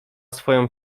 swoją